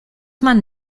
man